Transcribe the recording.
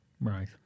Right